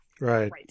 Right